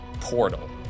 portal